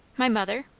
my mother?